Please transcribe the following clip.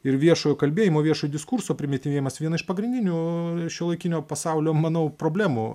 ir viešojo kalbėjimo viešo diskurso primityvėjimas viena iš pagrindinių šiuolaikinio pasaulio manau problemų